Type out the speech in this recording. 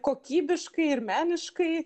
kokybiškai ir meniškai